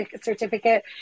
certificate